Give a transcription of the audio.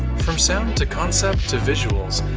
from sound, to concept, to visuals,